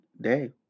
day